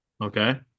Okay